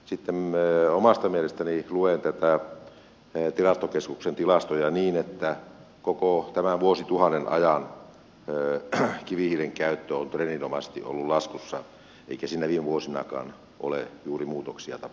sitten omasta mielestäni luen näitä tilastokeskuksen tilastoja niin että koko tämän vuosituhannen ajan kivihiilen käyttö on trendinomaisesti ollut laskussa eikä siinä viime vuosinakaan ole juuri muutoksia tapahtunut